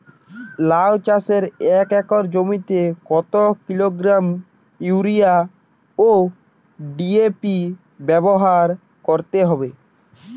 লাউ চাষে এক একর জমিতে কত কিলোগ্রাম ইউরিয়া ও ডি.এ.পি ব্যবহার করতে হবে?